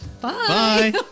Bye